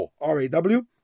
R-A-W